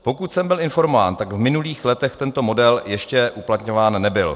Pokud jsem byl informován, tak v minulých letech tento model ještě uplatňován nebyl.